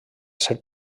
ser